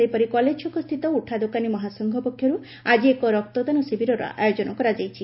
ସେହିପରି କଲେଜ୍ ଛକ ସ୍ଥିତ ଉଠାଦୋକାନୀ ମହାସଂଘ ପକ୍ଷରୁ ଆକି ଏକ ରକ୍ତଦାନ ଶିବିରର ଆୟୋଜନ କରାଯାଇଛି